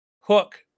hook